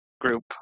group